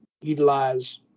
utilize